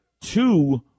Two